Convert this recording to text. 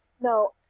No